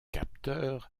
capteur